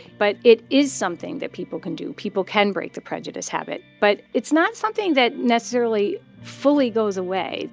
but it is something that people can do. people can break the prejudice habit. but it's not something that necessarily fully goes away